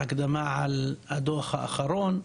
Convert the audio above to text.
בהקדמה של הדו"ח האחרון,